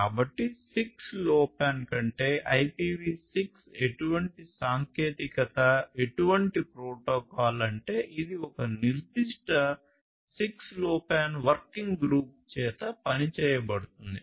కాబట్టి 6LoWPAN కంటె IPv6 ఏటువంటి సాంకేతికత ఏటువంటి ప్రోటోకాల్ అంటే ఇది ఒక నిర్దిష్ట 6LoWPAN వర్కింగ్ గ్రూప్ చేత పని చేయబడుతోంది